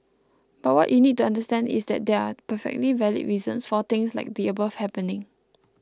but what you need to understand is that there are perfectly valid reasons for things like the above happening